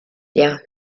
der